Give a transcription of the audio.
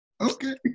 Okay